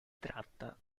tratta